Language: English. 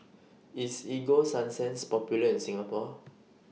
IS Ego Sunsense Popular in Singapore